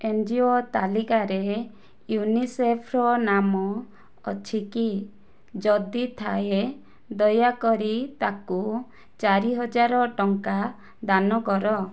NGO ତାଲିକାରେ ୟୁନିସେଫ୍ର ନାମ ଅଛିକି ଯଦି ଥାଏ ଦୟାକରି ତାକୁ ଚାରି ହଜାର ଟଙ୍କା ଦାନ କର